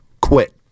Quit